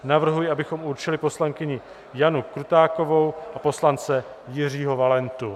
Navrhuji, abychom určili poslankyni Janu Krutákovou a poslance Jiřího Valentu.